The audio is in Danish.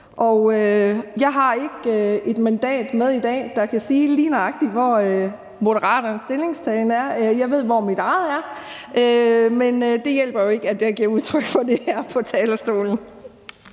jeg har ikke et mandat med i dag, så jeg kan sige, lige nøjagtig hvor Moderaternes stillingtagen er. Jeg ved, hvor min egen er, men det hjælper jo ikke, at jeg giver udtryk for det her på talerstolen.